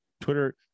Twitter